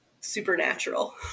supernatural